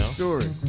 story